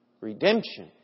Redemption